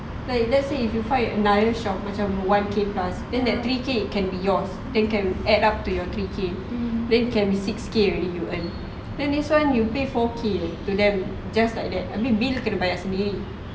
like if let's say if you find another shop like one K plus then that three K can be yours then can add up to your three K can be six K already you earn then this [one] you pay four K to them just like that I mean bill kena bayar sendiri